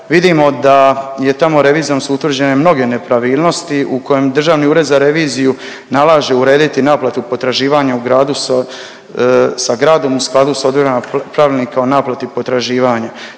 vidimo da je tamo revizijom su utvrđene mnoge nepravilnosti u kojim Državni ured za reviziju nalaže urediti naplatu potraživanja u gradu sa, sa gradom u skladu s odredbama Pravilnika o naplati potraživanja.